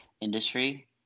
industry